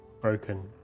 broken